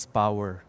power